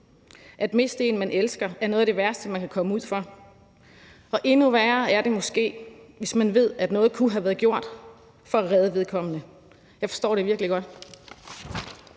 At miste en, man elsker, er noget af det værste, man kan komme ud for. Og endnu værre er det måske, hvis man ved, at noget kunne have været gjort for at redde vedkommende. Jeg forstår det virkelig godt.